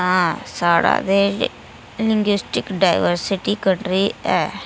हां साढ़ा ते लिंग्विस्टिक डाइवर्सिटी कटरा ऐ